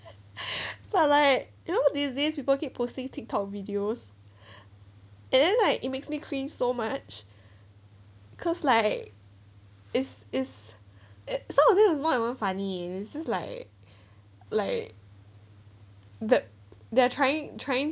but like you know these these people keep posting tik tok videos and then like it makes me cringe so much because like is is it some of them is more even funny it just like like the they're trying trying